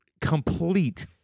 complete